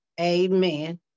Amen